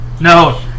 No